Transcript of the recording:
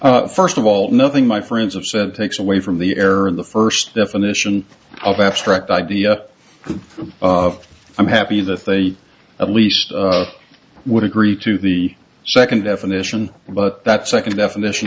it first of all nothing my friends have said takes away from the error of the first definition of abstract idea of i'm happy that they at least would agree to the second definition but that second definition